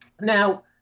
Now